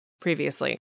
previously